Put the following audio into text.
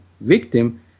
victim